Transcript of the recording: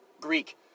Greek